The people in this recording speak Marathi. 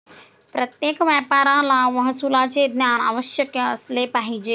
प्रत्येक व्यापाऱ्याला महसुलाचे ज्ञान अवश्य असले पाहिजे